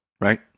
right